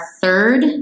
third